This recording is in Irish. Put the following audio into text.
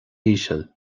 íseal